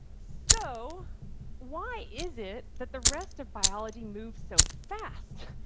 so why is it that the rest of biology moves so fast?